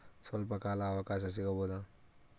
ಸ್ವಲ್ಪ ಕಾಲ ಅವಕಾಶ ಸಿಗಬಹುದಾ?